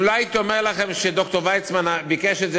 אם לא הייתי אומר לכם שד"ר ויצמן ביקש את זה